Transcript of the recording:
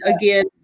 again